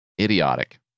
Idiotic